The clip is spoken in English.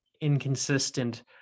inconsistent